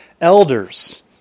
elders